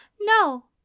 No